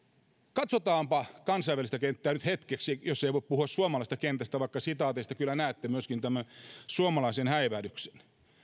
katsotaanpa kansainvälistä kenttää nyt hetki jos ei voi puhua suomalaisesta kentästä vaikka sitaateista kyllä näette myöskin tämän suomalaisen häivähdyksen